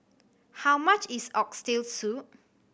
how much is Oxtail Soup